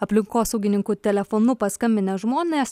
aplinkosaugininkų telefonu paskambinę žmonės